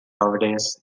obres